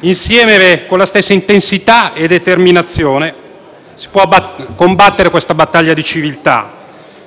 Insieme, con la stessa intensità e determinazione, possiamo combattere questa battaglia di civiltà,